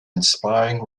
inspiring